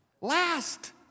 Last